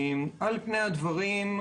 על פני הדברים,